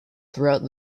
throughout